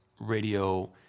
radio